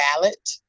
ballot